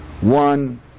one